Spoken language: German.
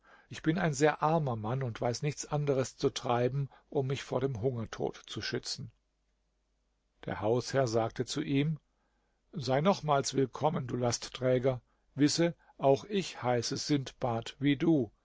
ich bin ein sehr armer mann und weiß nichts anderes zu treiben um mich vor dem hungertod zu schützen der hausherr sagte zu ihm sei nochmals willkommen du lastträger wisse auch ich heiße sindbad wie du